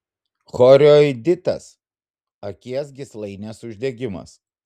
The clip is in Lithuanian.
chorioiditas akies gyslainės uždegimas